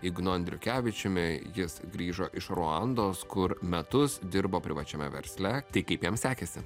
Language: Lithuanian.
ignu andriukevičiumi jis grįžo iš ruandos kur metus dirbo privačiame versle tai kaip jam sekėsi